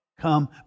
come